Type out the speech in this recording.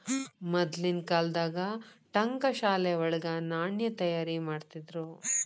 ಮದ್ಲಿನ್ ಕಾಲ್ದಾಗ ಠಂಕಶಾಲೆ ವಳಗ ನಾಣ್ಯ ತಯಾರಿಮಾಡ್ತಿದ್ರು